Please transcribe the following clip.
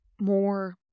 more